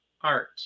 art